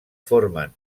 formen